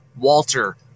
Walter